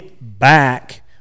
back